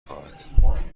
خواهد